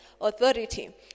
authority